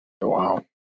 Wow